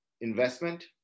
investment